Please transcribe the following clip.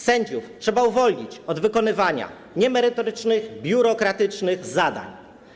Sędziów trzeba uwolnić od wykonywania niemerytorycznych, biurokratycznych zadań.